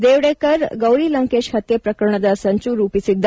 ದೇವ್ದೇಕರ್ ಗೌರಿ ಲಂಕೇಶ್ ಪತ್ತೆ ಪ್ರಕರಣದ ಸಂಚು ರೂಪಿಸಿದ್ದ